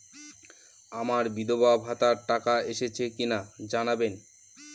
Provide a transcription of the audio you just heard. আমার বিধবাভাতার টাকা এসেছে কিনা জানাবেন?